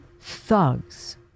Thugs